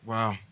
Wow